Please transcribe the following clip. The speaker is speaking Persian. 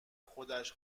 خودش